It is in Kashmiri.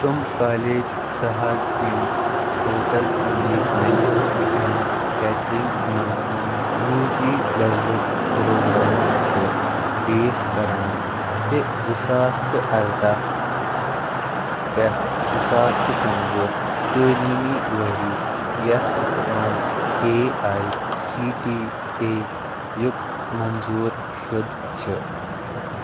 تِم کالج ژھار یِم ہوٹل میٚنیجمیٚنٛٹ اینٛڈ کیٹرِنٛگ منٛز یوٗ جی لیولُک پروگرام چھِ پیش کران تہٕ زٕ ساس تہٕ اردہ پٮ۪ٹھ زٕ ساس تہٕ کُنوُہ تٲلیٖمی ؤرۍ یَس مَنٛز A I C T E یُک منظوٗر شُدٕ چھُ